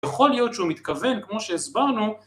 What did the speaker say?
יכול להיות שהוא מתכוון כמו שהסברנו